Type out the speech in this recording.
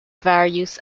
various